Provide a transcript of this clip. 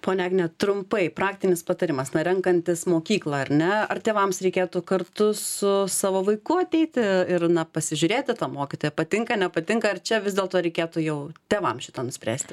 ponia agne trumpai praktinis patarimas renkantis mokyklą ar ne ar tėvams reikėtų kartu su savo vaiku ateiti ir na pasižiūrėt į tą mokytoją patinka nepatinka ar čia vis dėlto reikėtų jau tėvams šitą nuspręsti